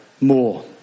more